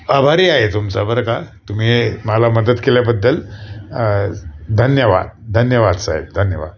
आभारी आहे तुमचा बरं का तुम्ही मला मदत केल्याबद्दल धन्यवाद धन्यवाद साहेब धन्यवाद